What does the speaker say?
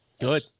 Good